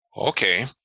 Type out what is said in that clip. Okay